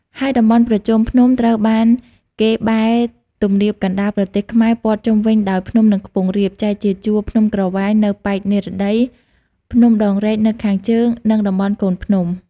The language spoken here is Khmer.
ហើយតំបន់ប្រជុំភ្នំត្រូវបានគេបែ ទំនាបកណ្តាលប្រទេសខ្មែរព័ទ្ធជុំវិញដោយភ្នំ និងខ្ពង់រាប ចែកជា ជួរភ្នំក្រវាញនៅប៉ែកនិរតី ភ្នំដងរែកនៅខាងជើង និងតំបន់កូនភ្នំ ។